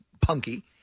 punky